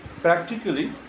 Practically